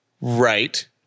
Right